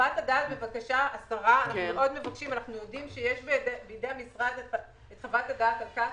אנחנו יודעים שיש בידי המשרד את חוות הדעת על קצא"א.